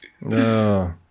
No